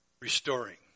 Restoring